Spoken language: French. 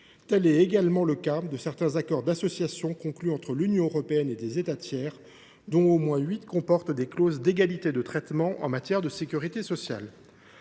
Tel est également le cas de certains accords d’association conclus entre l’Union européenne et des États tiers, dont au moins huit comportent des clauses d’égalité de traitement en matière de sécurité sociale.